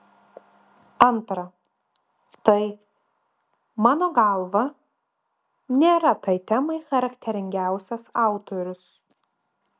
antra tai mano galva nėra tai temai charakteringiausias autorius